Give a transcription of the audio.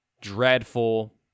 dreadful